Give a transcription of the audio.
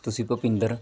ਤੁਸੀਂ ਭੁਪਿੰਦਰ